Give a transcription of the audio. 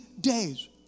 days